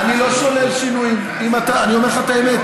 אני לא שולל שינויים, אני אומר לך את האמת.